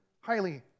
highly